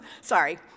Sorry